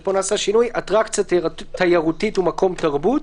ופה נעשה שינוי "אטרקציה תיירותית ומקום תרבות,